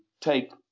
take